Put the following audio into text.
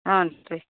ಹ್ಞಾ ರೀ